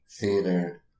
theater